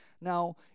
now